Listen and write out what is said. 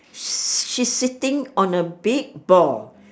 she's sitting on a big ball